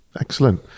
Excellent